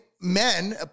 men